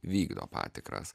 vykdo patikras